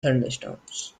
thunderstorms